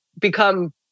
become